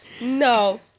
no